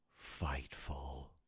FIGHTFUL